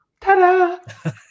Ta-da